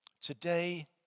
Today